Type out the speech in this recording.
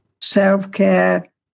self-care